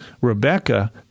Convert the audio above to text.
Rebecca